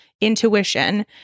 intuition